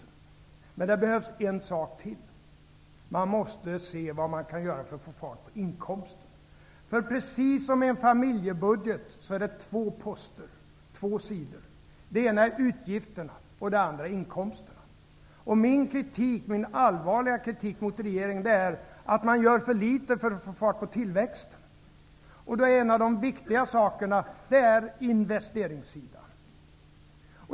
Men det behövs en sak till. Man måste se vad man kan göra för att få fart på inkomsterna. Precis som med en familjebudget finns det två sidor, den ena är utgifterna och den andra är inkomsterna. Min allvarliga kritik mot regeringen är att man gör för litet för att få fart på tillväxten. Då är en av de viktiga sakerna investeringssidan.